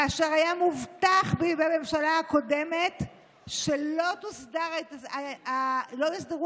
כאשר היה מובטח בממשלה הקודמת שלא יוסדרו